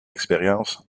expérience